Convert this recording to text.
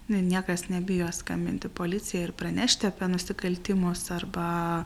niekas nebijo skambinti policijai ir pranešti apie nusikaltimus arba